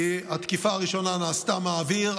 כי התקיפה הראשונה נעשתה מהאוויר,